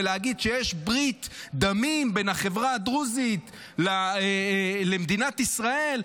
ולהגיד שיש ברית דמים בין החברה הדרוזית למדינת ישראל,